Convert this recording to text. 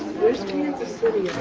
where is kansas city